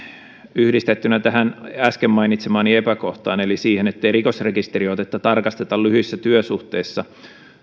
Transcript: yhdistettynä äsken mainitsemaani epäkohtaan eli siihen ettei rikosrekisteriotetta tarkasteta lyhyissä työsuhteissa